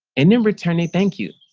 and then returning thank you.